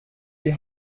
die